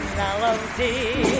melody